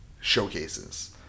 showcases